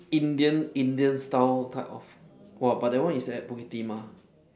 indian indian style type of !wah! but that one is at bukit-timah